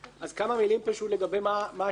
כמה מילים לגבי מה שהקראתי.